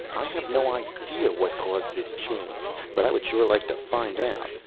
i have no idea what caused this change, but i would sure like to find out.